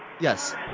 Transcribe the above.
Yes